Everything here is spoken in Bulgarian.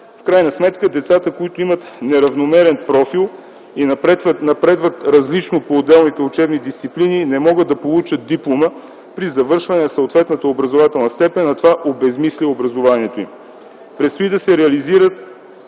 В крайна сметка децата, които имат неравномерен профил и напредват различно по отделните учебни дисциплини, не могат да получат диплома при завършване на съответната образователна степен, а това обезсмисля образованието им. Предстои да се реализират